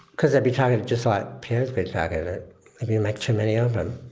because they'll be targeted, just like pierre's been targeted. if you make too many of them.